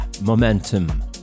Momentum